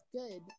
good